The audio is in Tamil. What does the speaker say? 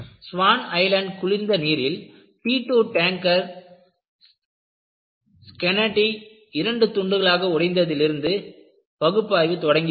ஸ்வான் ஐலேண்ட் குளிர்ந்த நீரில் T 2 டேங்கர் ஸ்கெனக்டடி இரண்டு துண்டுகளாக உடைந்ததிலிருந்து பகுப்பாய்வு தொடங்கியுள்ளது